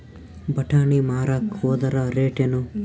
ಬಟಾನಿ ಮಾರಾಕ್ ಹೋದರ ರೇಟೇನು?